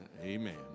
Amen